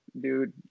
dude